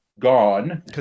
gone